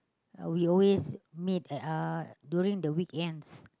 uh we always meet at uh during the weekends